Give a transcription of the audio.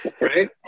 Right